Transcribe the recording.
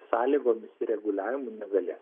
sąlygomis ir reguliavimu negalės